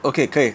okay 可以